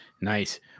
nice